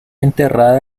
enterrada